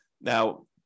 Now